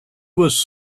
was